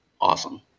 awesome